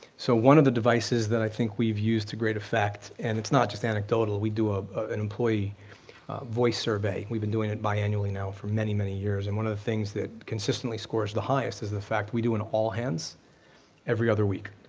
so one of the devices that i think we've used to great effect, and it's not just anecdotal, we do ah an employee voice survey, we've been doing it bi-annually now for many, many years and one of the things that consistently scores the highest is the fact we do an all-hands every other week.